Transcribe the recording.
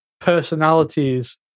personalities